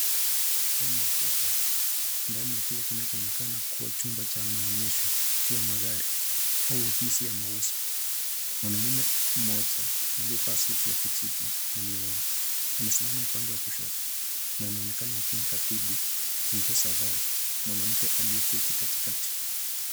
Hawa ni watu watatu. Ndani ya kile kinachoonekana kuwa chumba cha maonyesho ya magari au ofisi ya mauzo. Mwanaume mmoja aliyevaa suti ya kijivu na miwani, anasimama upande wa kushoto, na anaokana akimkabidhi funguo za gari ,mwanamke aliyeketi katikati.